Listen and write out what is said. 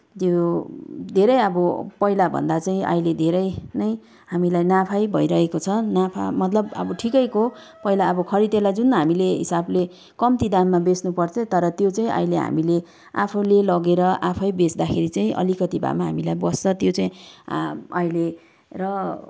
त्यो धेरै अब पहिलाभन्दा चाहिँ अहिले धेरै नै हामीलाई नाफै भइरहेको छ नाफा मतलब अब ठिकैको पहिला अब खरिदेलाई जुन हामीले हिसाबले कम्ती दाममा बेच्नुपर्थ्यो तर त्यो चाहिँ अहिले हामीले आफूले लगेर आफै बेच्दाखेरि चाहिँ अलिकति भए पनि हामीलाई बस्छ त्यो चाहिँ अहिले र